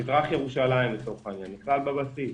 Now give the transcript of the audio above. מזרח ירושלים, לצורך העניין, נכלל בבסיס.